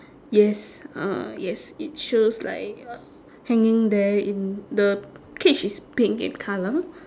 yes uh yes it shows like uh hanging there in the cage is pink in colour